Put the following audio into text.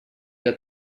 que